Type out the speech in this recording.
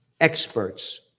Experts